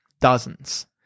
dozens